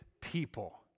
people